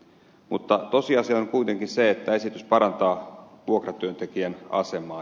mutta tosiasia on kuitenkin se että esitys parantaa vuokratyöntekijän asemaa